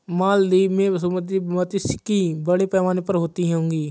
मालदीव में समुद्री मात्स्यिकी बड़े पैमाने पर होती होगी